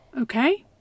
Okay